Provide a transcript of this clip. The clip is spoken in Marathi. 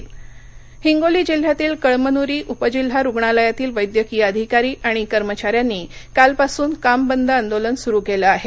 हिंगोली हिंगोली जिल्ह्यातील कळमनुरी उपजिल्हा रूग्णालयातील वैद्यकीय अधिकारी आणि कर्मचाऱ्यांनी कालपासून कामबंद आंदोलन सुरू केलं आहे